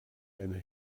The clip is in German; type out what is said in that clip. eine